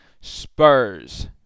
Spurs